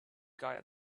guy